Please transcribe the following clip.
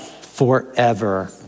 forever